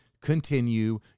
continue